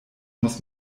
muss